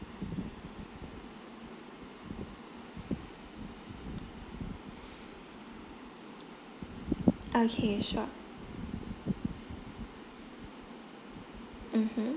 okay sure mmhmm